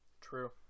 True